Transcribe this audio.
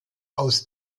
aus